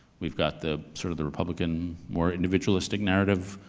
we've got the, sort of the republican, more individualistic narrative,